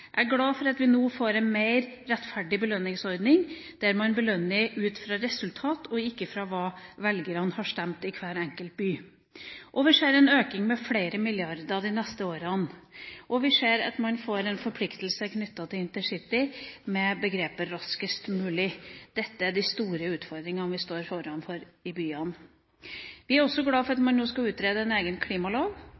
Jeg er glad for at vi nå får en mer rettferdig belønningsordning, der man belønner ut fra resultat, ikke ut fra hva velgerne har stemt i hver enkelt by. Vi ser en økning med flere milliarder kroner de neste årene, og vi ser at man får en forpliktelse knyttet til intercity – med begrepet «raskest mulig». Dette er de store utfordringene vi står overfor i byene. Vi er også glade for at